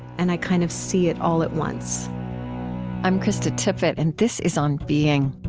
and i kind of see it all at once i'm krista tippett, and this is on being